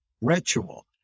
ritual